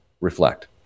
reflect